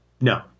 No